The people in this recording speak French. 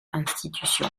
institution